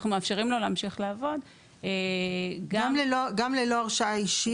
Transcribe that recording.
אנחנו מאפשרים לו להמשיך לעבוד גם ללא הרשאה אישית.